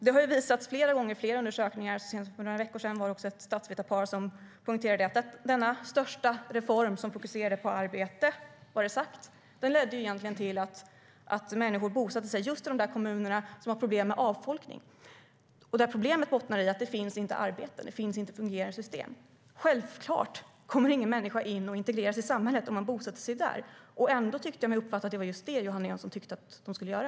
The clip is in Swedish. Det har visats i flera undersökningar, senast för några veckor sedan av ett statsvetarpar, att denna största reform, som fokuserade på arbete, var det sagt, egentligen ledde till att människor bosatte sig i just de kommuner som hade problem med avfolkning, där problemet bottnade i att det inte finns arbete, inte finns fungerande system. Självklart kommer ingen människa in och integreras i samhället om man bosätter sig där. Ändå tyckte jag mig uppfatta att det var just det Johanna Jönsson tyckte att de skulle göra.